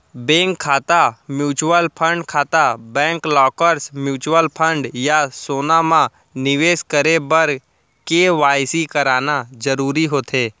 bank खाता, mutual fund खाता, bank lockers, mutual fund या सोना म निवेस करे बर के.वाई.सी कराना जरूरी होथे